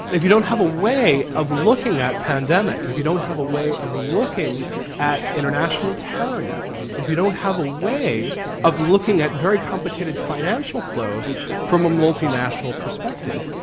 if you don't have a way of looking at pandemic, if you don't have a way of looking at international terror networks, if you don't have a way of looking at very complicated financial flows from a multinational perspective,